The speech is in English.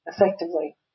effectively